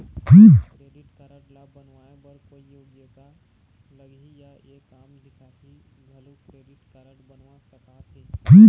Credit card ला बनवाए बर कोई योग्यता लगही या एक आम दिखाही घलो क्रेडिट कारड बनवा सका थे?